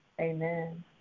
Amen